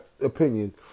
opinion